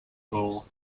hall